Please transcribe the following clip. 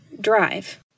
drive